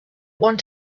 want